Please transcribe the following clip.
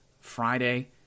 Friday